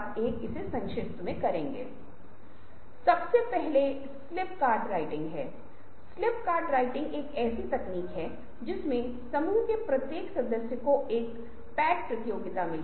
उदाहरण के लिए जिस क्षण आप आकृति के बारे में बात करते हैं आप सभी प्रकार की बाहरी आकृतियों के साथ आते हैं और आप पा सकते हैं कि बच्चों को मिकी माउस और टॉम और जेरी की तरह दिखने वाले पेन से बच्चों के आनंद का स्वाद ले सकते हैं